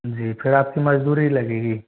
जी फिर आपकी मजदूरी लगेगी